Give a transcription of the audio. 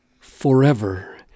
forever